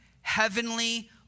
heavenly